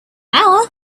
hour